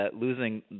losing